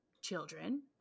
children